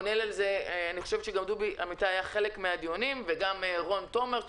גם דובי אמיתי היה חלק מן הדיונים וגם רון תומר,